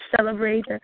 celebrate